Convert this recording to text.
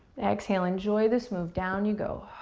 exhale, enjoy this move, down you go.